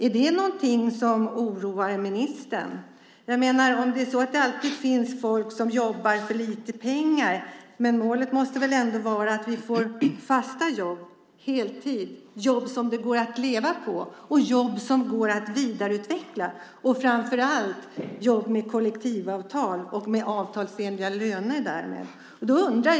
Är det någonting som oroar ministern? Även om det alltid finns folk som jobbar för lite pengar, måste väl målet vara fasta jobb på heltid, jobb som det går att leva på, jobb som går att vidareutveckla och framför allt jobb med kollektivavtal och därmed avtalsenliga löner.